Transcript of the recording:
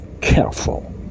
careful